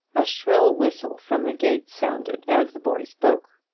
a shrill whistle from the gate sounded as the boy spoke.